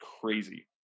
crazy